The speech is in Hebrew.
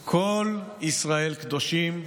/ 'כל ישראל קדושים,